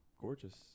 gorgeous